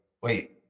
wait